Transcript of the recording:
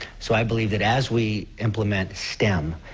so i believe that as we implement stem,